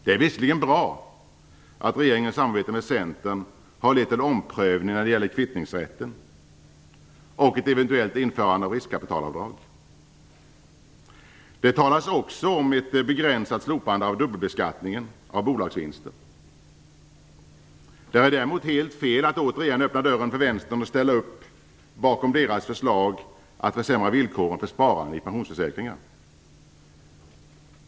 Det är visserligen bra att regeringens samarbete med Centern har lett till omprövning när det gäller kvittningsrätten och ett eventuellt införande av riskkapitalavdrag. Det talas också om ett begränsat slopande av dubbelbeskattningen av bolagsvinster. Det är däremot helt fel att återigen öppna dörren för Vänstern och ställa upp bakom deras förslag att försämra villkoren för sparande i pensionsförsäkringar.